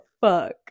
fuck